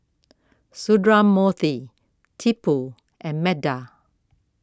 Sundramoorthy Tipu and Medha